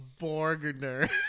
borgner